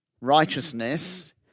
Righteousness